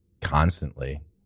constantly